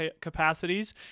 capacities